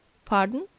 pardon?